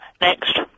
Next